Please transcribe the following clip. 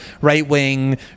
right-wing